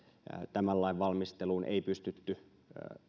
tämän lain valmisteluun ei pystytty